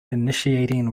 initiating